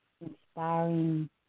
inspiring